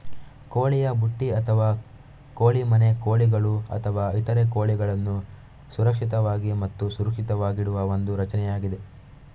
ಕೋಳಿಯ ಬುಟ್ಟಿ ಅಥವಾ ಕೋಳಿ ಮನೆ ಕೋಳಿಗಳು ಅಥವಾ ಇತರ ಕೋಳಿಗಳನ್ನು ಸುರಕ್ಷಿತವಾಗಿ ಮತ್ತು ಸುರಕ್ಷಿತವಾಗಿಡುವ ಒಂದು ರಚನೆಯಾಗಿದೆ